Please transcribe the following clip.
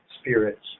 spirits